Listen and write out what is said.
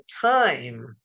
time